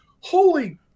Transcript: Holy